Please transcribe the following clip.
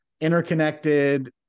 interconnected